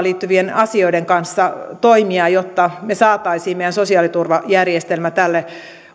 liittyvien asioiden kanssa toimia jotta me saisimme meidän sosiaaliturvajärjestelmän tälle